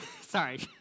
Sorry